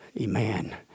Amen